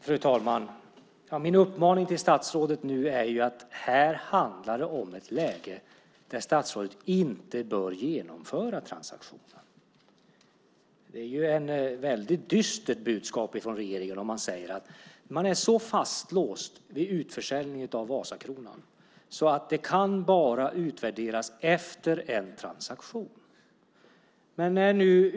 Fru talman! Min uppmaning till statsrådet är att det nu handlar om ett läge där statsrådet inte bör genomföra transaktionen. Det är ett väldigt dystert budskap från regeringen om man säger att man är så fastlåst vid utförsäljningen av Vasakronan att det bara kan utvärderas efter en transaktion.